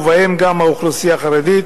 ובהם גם האוכלוסייה החרדית.